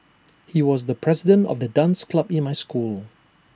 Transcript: he was the president of the dance club in my school